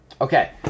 Okay